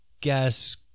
guess